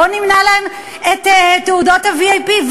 בואו נמנע מהם את תעודות ה-VIP,